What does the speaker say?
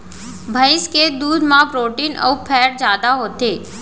भईंस के दूद म प्रोटीन अउ फैट जादा होथे